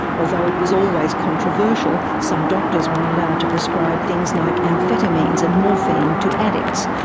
although it was always controversial, some doctors were allowed to prescribe things like amphetamines and morphine to addicts,